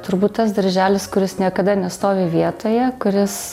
turbūt tas darželis kuris niekada nestovi vietoje kuris